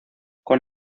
con